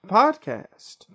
podcast